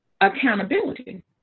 accountability